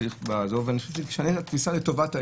לטובת העניין.